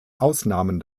ausnahmen